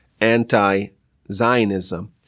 anti-Zionism